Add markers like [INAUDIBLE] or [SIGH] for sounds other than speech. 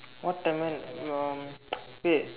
what time ah um [NOISE] wait